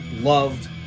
loved